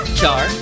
char